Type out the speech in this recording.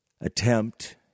attempt